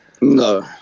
No